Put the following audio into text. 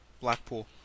Blackpool